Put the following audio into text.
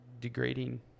degrading